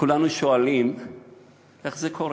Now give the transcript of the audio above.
כולנו שואלים איך זה קורה,